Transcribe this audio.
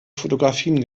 fotografien